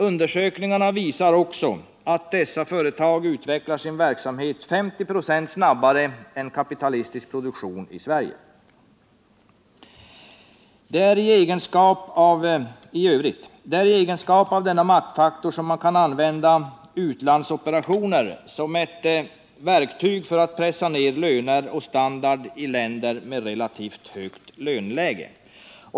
Undersökningen visade också att dessa företag utvecklar sin verksamhet 50 96 snabbare än kapitalistisk produktion i övrigt. Det är i denna sin egenskap av maktfaktor som man kan använda utlandsoperationer som ett verktyg för att pressa ner löner och standard i länder med relativt högt löneläge.